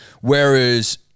Whereas